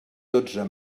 dotze